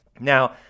Now